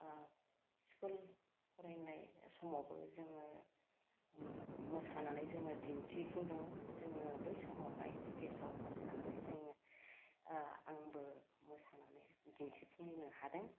ओह स्कुल फरायनाय समावबो जोङो ओम मोसानानै जोङो दिन्थिफुंदोंमोन जोङो बै समावहाय स्टेसाव मोसानानै जोङो ओह आंबो मोसानानै दिन्थिफुंनो हादों